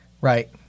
Right